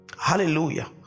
Hallelujah